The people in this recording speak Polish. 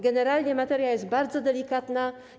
Generalnie materia jest bardzo delikatna.